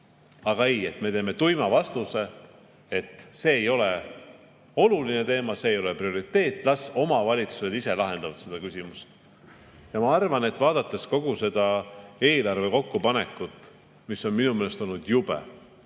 Aga ei, me vastame tuimalt, et see ei ole oluline teema, see ei ole prioriteet, las omavalitsused ise lahendavad seda küsimust. Vaadates kogu seda eelarve kokkupanekut, mis on minu meelest olnud jube,